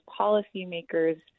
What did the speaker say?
policymakers